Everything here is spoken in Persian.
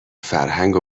فرهنگ